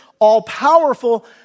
all-powerful